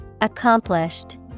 Accomplished